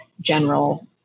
general